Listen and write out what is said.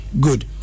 good